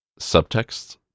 subtext